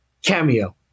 Cameo